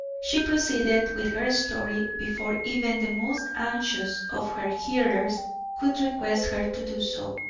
she proceeded with her story before even the most anxious of her hearers could request her to do so.